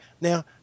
now